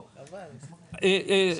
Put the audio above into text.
ארנונה.